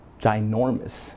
ginormous